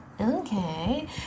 okay